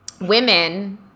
women